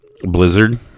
blizzard